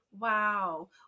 Wow